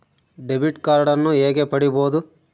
Debit ಕಾರ್ಡನ್ನು ಹೇಗೆ ಪಡಿಬೋದು?